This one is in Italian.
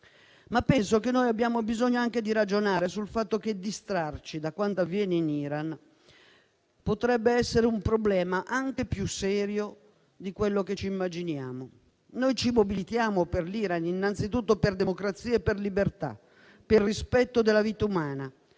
dell'uomo. Abbiamo bisogno anche di ragionare sul fatto che distrarci da quanto avviene in Iran potrebbe essere un problema anche più serio di quello che ci immaginiamo. Noi ci mobilitiamo per l'Iran innanzitutto per democrazia e libertà, per rispetto della vita umana,